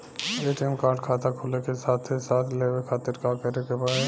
ATM card खाता खुले के साथे साथ लेवे खातिर का करे के पड़ी?